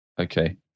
Okay